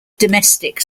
domestic